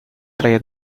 play